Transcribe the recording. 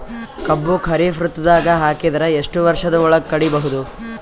ಕಬ್ಬು ಖರೀಫ್ ಋತುದಾಗ ಹಾಕಿದರ ಎಷ್ಟ ವರ್ಷದ ಒಳಗ ಕಡಿಬಹುದು?